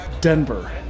Denver